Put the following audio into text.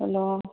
hello